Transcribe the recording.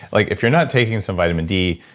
like if you're not taking some vitamin d,